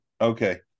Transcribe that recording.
okay